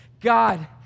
God